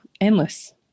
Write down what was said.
endless